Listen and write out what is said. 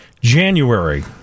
january